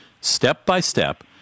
step-by-step